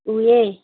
ꯎꯔꯦ